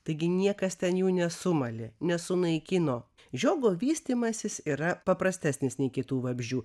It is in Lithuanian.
taigi niekas ten jų nesumalė nesunaikino žiogo vystymasis yra paprastesnis nei kitų vabzdžių